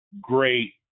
great